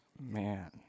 Man